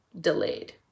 delayed